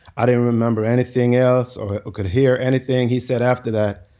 i didn't remember anything else or could hear anything he said after that.